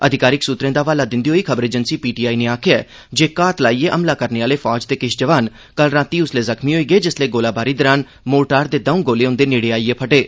अधिकारिक सुत्तरें दा हवाला दिंदे होई खबर एजेंसी पीटीआई नै आखेआ ऐ जे घात लाइयै हमला करने आह्ले फौज दे किश जवान कल रातीं उसलै जख्मीं होई गे जिसलै गोलाबारी दौरान मोर्टार दे दौं गोले उंदे नेड़े आइयै फटे